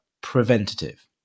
preventative